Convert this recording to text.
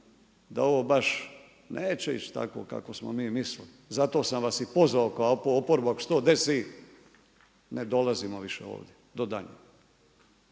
da ovo baš neće ići tako kako smo mi mislili. Zato sam vas i pozvao kao oporbu ako se to desi, ne dolazimo više ovdje do daljnjega.